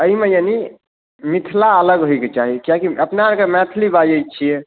एहिमे जे मिथिला अलग होयके चाही किआकी अपना आरके मैथिली बाजैत छियै